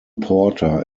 porter